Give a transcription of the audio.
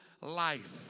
life